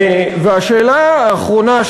והשאלה האחרונה,